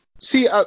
see